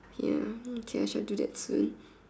ya mm K I shall do that soon